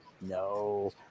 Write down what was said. No